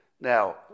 Now